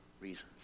reasons